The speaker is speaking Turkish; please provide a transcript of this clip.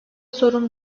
sorun